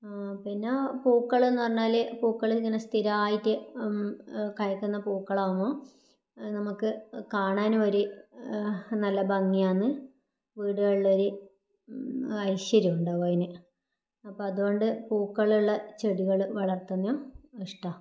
ആ പിന്നെ പൂക്കളെന്ന് പറഞ്ഞാൽ പൂക്കളിങ്ങനെ സ്ഥിരമായിട്ട് കായ്ക്കുന്ന പൂക്കളാകുമ്പോൾ നമുക്ക് കാണാനും ഒരു നല്ല ഭംഗിയാന്ന് വീടുകളിലൊരു ഐശ്വര്യം ഉണ്ടാകും അതിന് അപ്പം അതുകൊണ്ട് പൂക്കളുള്ള ചെടികൾ വളർത്താനും ഇഷ്ടം